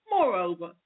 Moreover